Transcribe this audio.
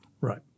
Right